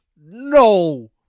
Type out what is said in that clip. no